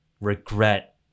regret